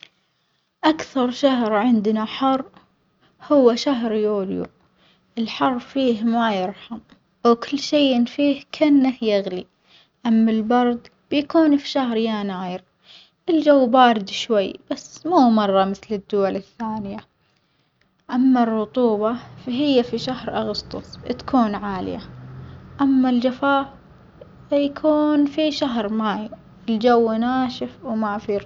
أكثر شهر عندنا حر هو شهر يوليو الحر فيه ما يرحم وكل شيٍ فيه كأنه يغلي أما البرد بيكون في شهر يناير، الجو بارد شوي بس مو مرة مثل الدول الثانية، أما الرطوبة فهي في شهر أغسطس بتكون عالية، أما الجفاف يكون في شهر مايو الجو ناشف وما في ر.